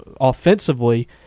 offensively